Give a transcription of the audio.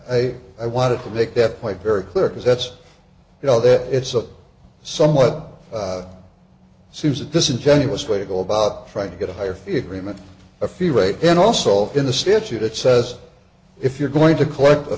but i want to make that point very clear because that's you know that it's a somewhat seems at this ingenuous way to go about trying to get a higher fee agreement a few rate and also in the statute it says if you're going to collect a